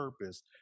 purpose